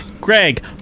Greg